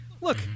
look